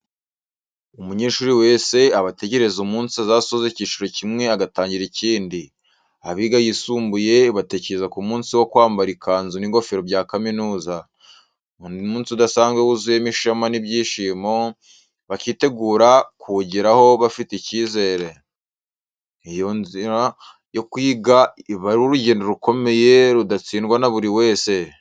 Umunyeshuri wese aba atekereza umunsi azasoza icyiciro kimwe agatangira ikindi. Abiga ayisumbuye batekereza ku munsi wo kwambara ikanzu n’ingofero bya kaminuza, umunsi udasanzwe wuzuyemo ishema n’ibyishimo, bakitegura kuwugeraho bafite icyizere. Iyo nzira yo kwiga iba ari urugendo rukomeye rudatsinda na buri wese.